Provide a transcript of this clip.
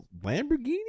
Lamborghini